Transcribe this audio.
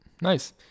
Nice